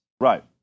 Right